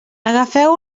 agafeu